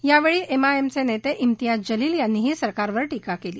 यावेळी एमआयएमचे नेते इम्तियाज जलील यांनीही सरकारवर टीका केली